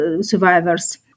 survivors